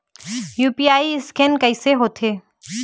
UPI scan कइसे करथे?